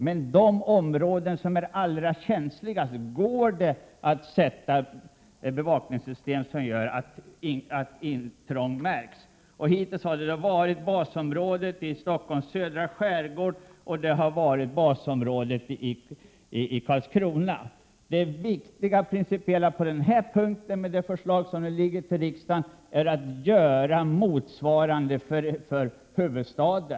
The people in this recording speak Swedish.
Men inom områden som är allra känsligast går det att sätta in bevakningssystem som gör att intrång märks. Hittills har det varit basområdet i Stockholms södra skärgård och basområdet i Karlskrona. En viktig del i det förslag som nu föreligger är att göra motsvarande för huvudstaden.